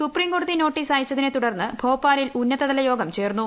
supreme കോടതി notice അയച്ചതിനെ തുടർന്ന് ഭോപ്പാലിൽ ഉന്നതതല യോഗം ചേർന്നു